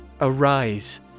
arise